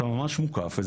אתה ממש מוקף.